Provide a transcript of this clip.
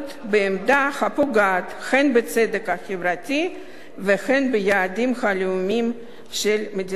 הפוגעת הן בצדק החברתי והן ביעדים הלאומיים של מדינת ישראל.